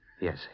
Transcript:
Yes